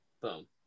Boom